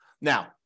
Now